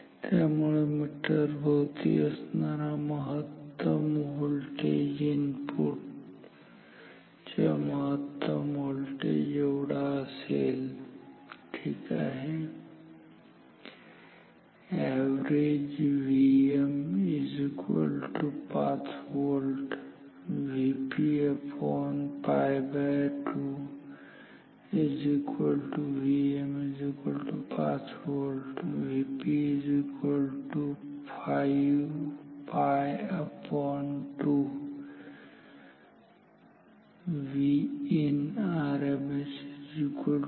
त्यामुळे मीटर भवती असणारा महत्तम व्होल्टेज इनपुट च्या महत्तम व्होल्टेज एवढा असेल ठीक आहे